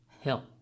Help